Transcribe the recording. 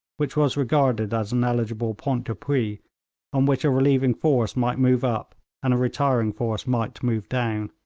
which was regarded as an eligible point d'appui on which a relieving force might move up and a retiring force might move down.